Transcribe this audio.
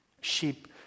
Sheep